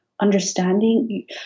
understanding